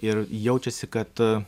ir jaučiasi kad